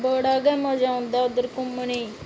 बड़ा गै मज़ा आंदा उद्धर घुम्मने गी